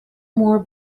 more